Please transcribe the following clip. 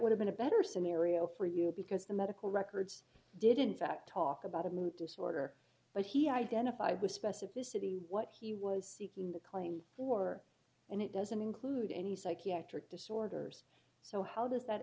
would have been a better scenario for you because the medical records didn't fact talk about a mood disorder but he identified with specificity what he was seeking the claim for and it doesn't include any psychiatric disorders so how does that